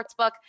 Sportsbook